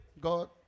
God